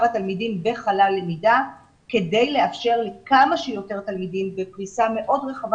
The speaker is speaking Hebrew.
התלמידים בחלל למידה כדי לאפשר לכמה שיותר תלמידים בפריסה מאוד רחבה